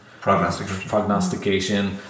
Prognostication